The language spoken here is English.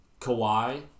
Kawhi